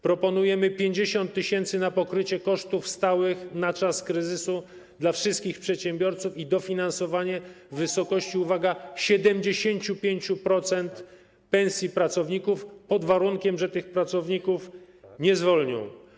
Proponujemy 50 tys. na pokrycie kosztów stałych na czas kryzysu dla wszystkich przedsiębiorców i dofinansowanie w wysokości, uwaga, 75% pensji pracowników, pod warunkiem że tych pracowników nie zwolnią.